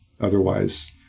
Otherwise